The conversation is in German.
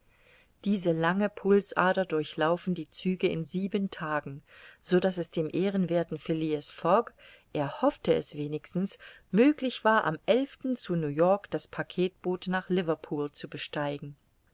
diese lange pulsader durchlaufen die züge in sieben tagen so daß es dem ehrenwerthen phileas fogg er hoffte es wenigstens möglich war am zu new-york das packetboot nach liverpool zu besteigen